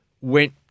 went